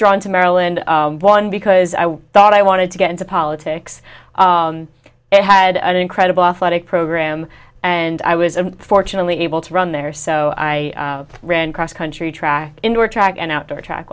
drawn to maryland one because i thought i wanted to get into politics and had an incredible athletic program and i was a fortunately able to run there so i ran cross country track indoor track and outdoor track